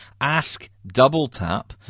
AskDoubleTap